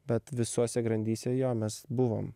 bet visose grandyse jo mes buvom